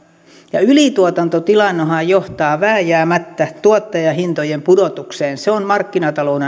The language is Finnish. ja ylituotantotilannehan johtaa vääjäämättä tuottajahintojen pudotukseen se on markkinatalouden